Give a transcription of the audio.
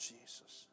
Jesus